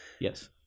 Yes